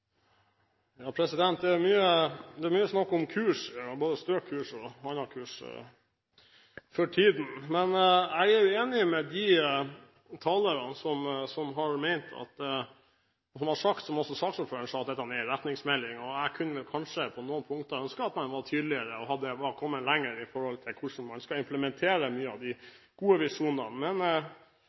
mye snakk om kurs for tiden, både stø kurs og annen kurs. Men jeg er enig med de talerne som har sagt – som også saksordføreren sa – at dette er en retningsmelding. Jeg kunne kanskje på noen punkter ønske at man var tydeligere, at man var kommet lenger når det gjelder hvordan man skal implementere mye av de gode visjonene. Men